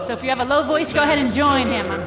so if you have a low voice go ahead and join him.